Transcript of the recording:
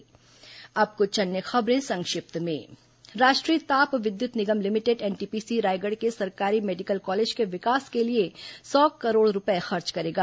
संक्षिप्त समाचार अब कुछ अन्य खबरें संक्षिप्त में राष्ट्रीय ताप विद्युत निगम लिमिटेड एनटीपीसी रायगढ़ के सरकारी मेडिकल कॉलेज के विकास के लिए सौ करोड़ खर्च करेगा